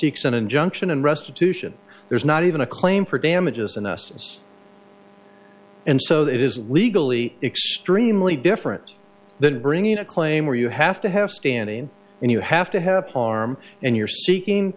an injunction and restitution there's not even a claim for damages in essence and so that is legally extremely different than bringing a claim where you have to have standing and you have to have harm and you're seeking